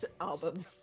albums